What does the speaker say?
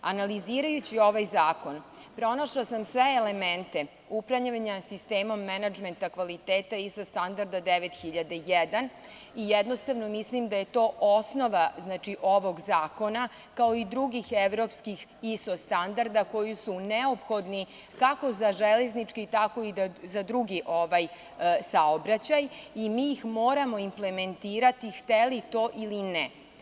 Analizirajući ovaj zakon, pronašla sam sve elemente upravljanja sistemom menadžmenta kvaliteta, ISO standarda 9001 i jednostavno mislim da je to osnova ovog zakona, kao i drugih evropskih ISO standarda koji su neophodni, kako za železnički tako i za drugi saobraćaj i mi ih moramo implementirati, hteli to ili ne.